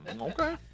okay